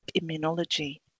immunology